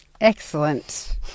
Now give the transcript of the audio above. Excellent